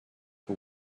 but